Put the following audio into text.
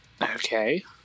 Okay